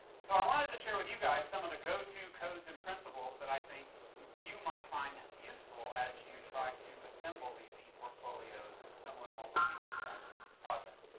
so i wanted to share with you guys some of the go-to codes and principles that i think you you might find useful as you try to assemble these eportfolios and similar multimedia practices, projects.